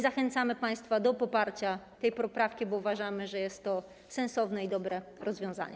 Zachęcamy państwa do poparcia tej poprawki, bo uważamy, że jest to sensowne i dobre rozwiązanie.